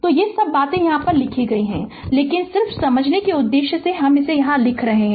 तो ये सब बातें लिखी गई हैं लेकिन सिर्फ समझने के उद्देश्य से हम यहाँ लिख रहे है